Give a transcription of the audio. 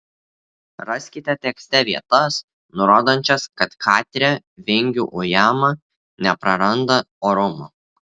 raskite tekste vietas rodančias kad katrė vingių ujama nepraranda orumo